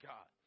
God